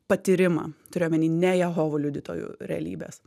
patyrimą turiu omeny ne jehovų liudytojų realybės